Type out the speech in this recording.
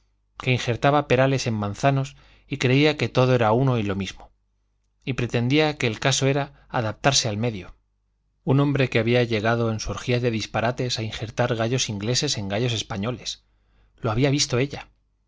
que injertaba perales en manzanos y creía que todo era uno y lo mismo y pretendía que el caso era adaptarse al medio un hombre que había llegado en su orgía de disparates a injertar gallos ingleses en gallos españoles lo había visto ella